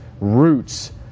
roots